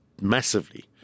massively